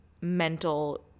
mental